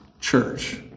church